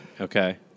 okay